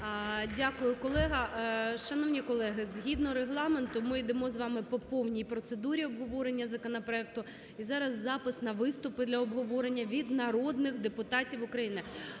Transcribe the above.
Дякую, колего. Шановні колеги, згідно Регламенту, ми йдемо з вами по повній процедурі обговорення законопроекту. І зараз запис на виступи на обговорення від народних депутатів України.